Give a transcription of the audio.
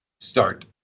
start